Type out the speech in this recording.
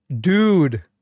dude